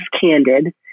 candid